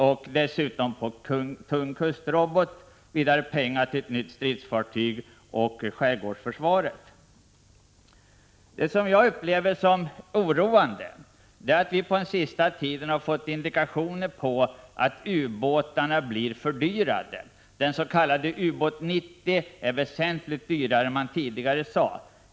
Vidare innebär uppgörelsen extra pengar till ett nytt stridsfartyg och till skärgårdsförsvaret. Det som jag upplever som oroande är att vi på den sista tiden fått indikationer på att ubåtarna blir fördyrade. Ubåt 90 sägs bli väsentligt dyrare än vad man tidigare sagt.